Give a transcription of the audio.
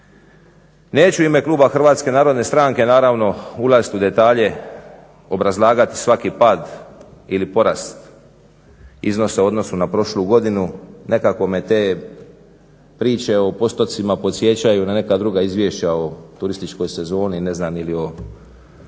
Neću u ime kluba HNS-a naravno ulaziti u detalje, obrazlagati svaki pad ili porast iznosa u odnosu na prošlu godinu, nekako me te priče o postocima podsjećaju na neka druga izvješća o turističkoj sezoni, ne znam ili o